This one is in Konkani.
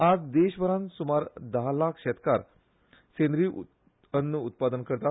आयज देशभरांत सुमार धा लाख शेतकार सेंद्रीय अन्न उत्पादन करतात